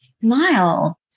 smile